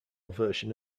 version